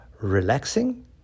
relaxing